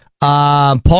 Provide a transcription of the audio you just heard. Paul